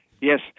Yes